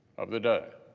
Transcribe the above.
of the day?